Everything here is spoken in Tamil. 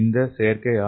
இந்த செயற்கை ஆர்